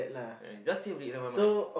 eh just say it never mind